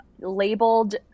labeled